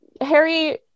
Harry